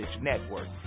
network